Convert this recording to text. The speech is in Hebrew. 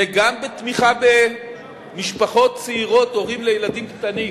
וגם בתמיכה במשפחות צעירות, הורים לילדים קטנים,